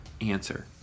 answer